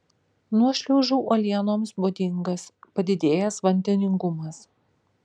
nuošliaužų uolienoms būdingas padidėjęs vandeningumas